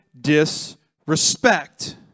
disrespect